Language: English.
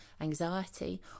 anxiety